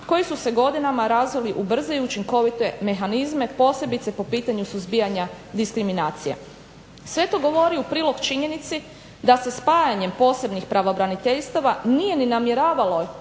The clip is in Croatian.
koji su se godinama razvili u brze i učinkovite mehanizme, posebice po pitanju suzbijanja diskriminacije. Sve to govori u prilog činjenici da se spajanjem posebnih pravobraniteljstava nije ni namjeravalo